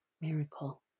miracle